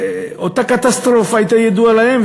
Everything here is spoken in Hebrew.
אותה קטסטרופה הייתה ידועה להם,